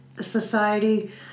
society